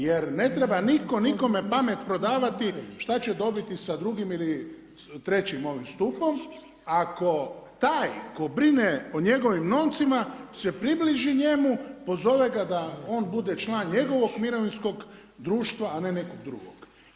Jer ne treba nitko nikome pamet prodavati što će dobiti sa drugim ili trećim ovim stupom, ako taj tko brine o njegovim novcima se približi njemu, pozove se da on bude član njegovog mirovinskog društva, a ne nekog drugog.